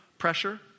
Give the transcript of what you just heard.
pressure